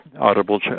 audible